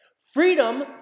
freedom